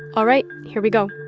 all right. here we go